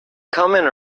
coming